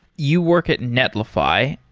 you work at netlify.